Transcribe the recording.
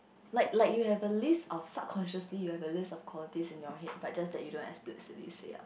like like you have a list of subconsciously you have a list equalities in your head but just that you don't explicitly say out